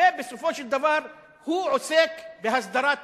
ובסופו של דבר הוא עוסק בהסדרת נושים,